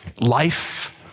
life